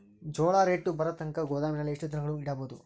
ಜೋಳ ರೇಟು ಬರತಂಕ ಗೋದಾಮಿನಲ್ಲಿ ಎಷ್ಟು ದಿನಗಳು ಯಿಡಬಹುದು?